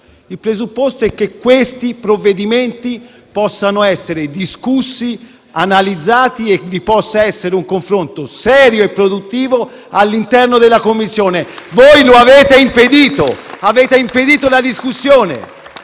il presupposto che tali provvedimenti possano essere discussi, analizzati e che vi possa essere un confronto serio e produttivo all'interno della Commissione. *(Applausi dal Gruppo PD)*. Voi lo avete impedito, avete impedito la discussione!